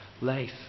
life